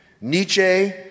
Nietzsche